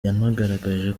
yanagaragaje